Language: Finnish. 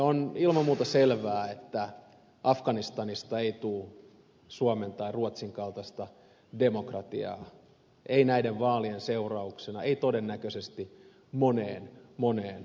on ilman muuta selvää että afganistanista ei tule suomen tai ruotsin kaltaista demokratiaa ei näiden vaalien seurauksena ei todennäköisesti moneen moneen vuoteen